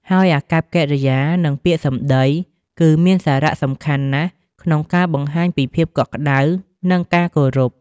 ហើយអាកប្បកិរិយា និងពាក្យសម្ដី គឺមានសារៈសំខាន់ណាស់ក្នុងការបង្ហាញពីភាពកក់ក្ដៅ និងការគោរព។